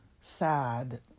sad